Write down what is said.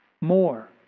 More